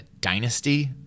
Dynasty